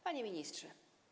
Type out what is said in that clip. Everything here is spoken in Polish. Panie Ministrze!